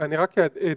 אני רק אדייק.